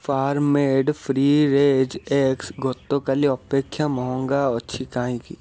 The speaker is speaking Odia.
farm made free range eggs ଗତକାଲି ଅପେକ୍ଷା ମହଙ୍ଗା ଅଛି କାହିଁକି